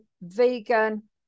vegan